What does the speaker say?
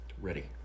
ready